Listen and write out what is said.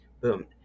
boom